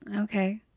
Okay